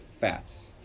fats